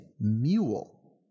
Mule